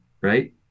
right